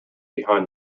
behind